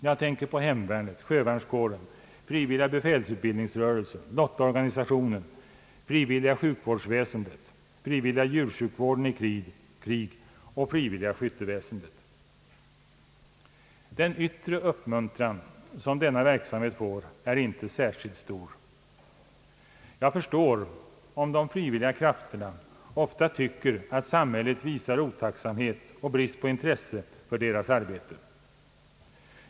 Jag tänker på hemvärnet, sjövärnskåren, frivilliga befälsutbildningsrörelsen, lottaorganisationen, frivilliga sjukvårdsväsendet, frivilliga djursjukvården i krig och frivilliga skytteväsendet. Den yttre uppmuntran som denna verksamhet får är inte särskilt stor. Jag förstår om de frivilliga krafterna ofta tycker att samhället visar otacksamhet och brist på intresse för deras arbete.